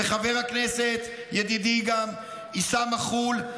וחבר הכנסת וגם ידידי עיסאם מח'ול,